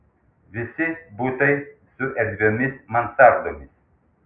visi butai su erdviomis mansardomis